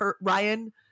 Ryan